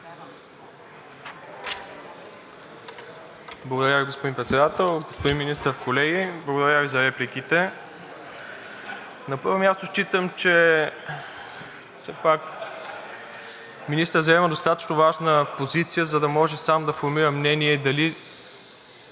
Благодаря Ви, господин Председател. Господин Министър, колеги! Благодаря Ви за репликите. На първо място, считам, че все пак министърът заема достатъчно важна позиция, за да може сам да формира мнение дали